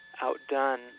outdone